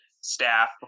staff